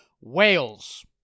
Wales